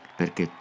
perché